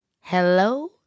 Hello